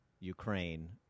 Ukraine